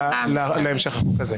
נמשיך.